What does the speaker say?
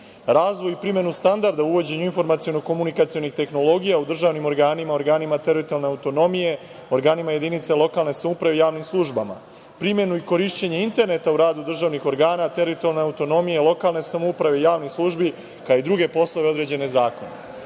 razvoj i primenu standarda u uvođenju informaciono-komunikacionih tehnologija u državnim organima, organima teritorijalne autonomije, organima jedinica lokalne samouprave i javnim službama; primenu i korišćenje interneta u radu državnih organa, teritorijalne autonomije, lokalne samouprave i javnih službi; kao i druge poslove određene